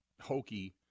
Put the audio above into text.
hokey